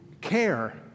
care